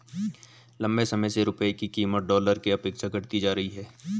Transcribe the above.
लंबे समय से रुपये की कीमत डॉलर के अपेक्षा घटती जा रही है